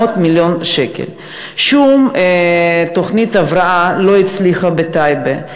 שום תוכנית הבראה לא הצליחה בטייבה.